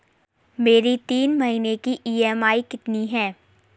मेरी तीन महीने की ईएमआई कितनी है?